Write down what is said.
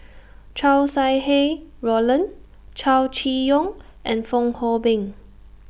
Chow Sau Hai Roland Chow Chee Yong and Fong Hoe Beng